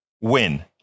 win